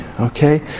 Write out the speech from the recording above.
okay